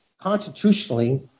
constitutionally